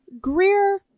Greer